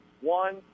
One